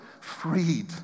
freed